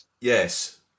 yes